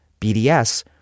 BDS